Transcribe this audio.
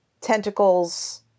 tentacles